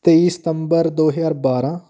ਤੇਈ ਸਤੰਬਰ ਦੋ ਹਜ਼ਾਰ ਬਾਰਾਂ